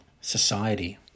society